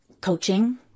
coaching